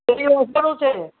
એટલે છે